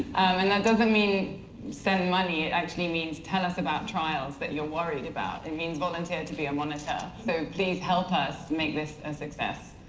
and that doesn't mean send money, it actually means tell us about trials that you're worried about. it means volunteer to be a monitor. so please help us make this a success.